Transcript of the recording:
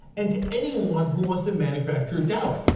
and to anyone who wants to manufacture doubt.